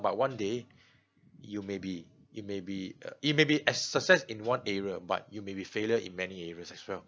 but one day you may be it may be uh it may be as success in one area but you may be failure in many areas as well